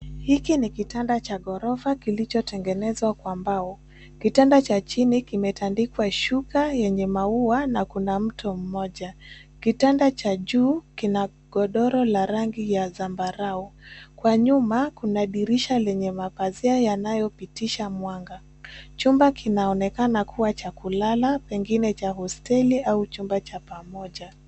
Hiki ni kitanda cha ghorofa kilichotengenezwa kwa mbao. Kitanda cha chini kimetandikwa shuka yenye maua na kuna mto mmoja. Kitanda cha juu kina godoro la rangi ya zambarau. Kwa nyuma, kuna dirisha lenye mapazia yanayopitisha mwanga. Chumba kinaonekana kuwa cha kulala pengine cha hosteli au chumba cha pamoja.